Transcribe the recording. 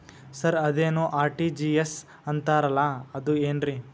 Sir ಅದೇನು RTGS ಅಂತಾರಲಾ ಅದು ಏನ್ರಿ?